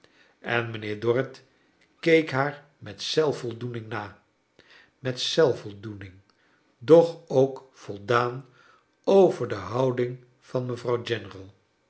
en mijnheer dorrit keek haar met zelfvoldoening na met zelfvoldoening doch ook voldaau over de houding van mevrouw general